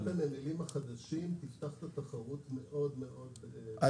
גם בנמלים החדשים היא תפתח את התחרות --- אז